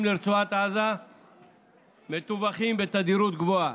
לרצועת עזה מטווחים בתדירות גבוהה.